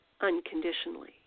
unconditionally